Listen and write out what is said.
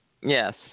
Yes